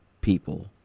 people